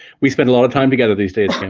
we spend a lot of time together these days kim.